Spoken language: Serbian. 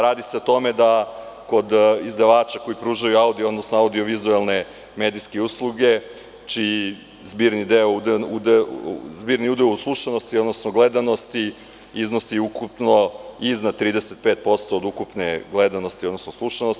Radi se o tome da kod izdavača koji pružaju audio-vizuelne medijske usluge, čiji je zbirni udeo u slušanosti, odnosno u gledanosti iznosi ukupno iznad 35% od ukupne gledanosti odnosno slušanosti.